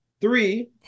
Three